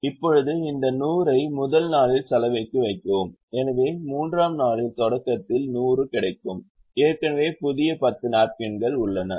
இப்போது இந்த 100 ஐ முதல் நாளில் சலவைக்கு வைக்கவும் எனவே மூன்றாம் நாளின் தொடக்கத்தில் 100 கிடைக்கும் ஏற்கனவே புதிய 10 நாப்கின்கள் உள்ளன